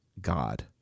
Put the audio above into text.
God